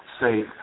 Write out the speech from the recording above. say